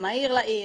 ה'מהיר לעיר',